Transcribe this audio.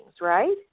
right